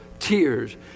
Tears